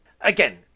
Again